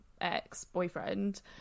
ex-boyfriend